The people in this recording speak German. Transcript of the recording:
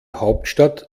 hauptstadt